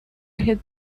had